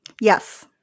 Yes